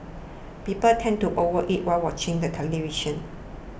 people tend to overeat while watching the television